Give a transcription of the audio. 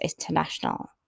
International